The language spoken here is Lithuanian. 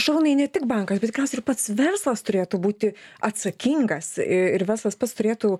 šarūnai ne tik bankas bet tikriausiai ir pats verslas turėtų būti atsakingas ir verslas pats turėtų